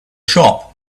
shop